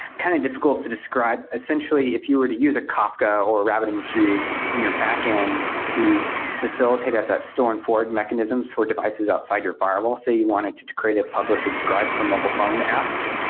kind of difficult to describe, essentially if you were to use a kafka or rabbitmq in your backend to facilitate at that store and forward mechanisms for devices outside your firewall, say, you wanted to to create a publish-subscribe for mobile phone apps,